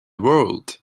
world